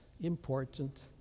important